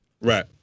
Right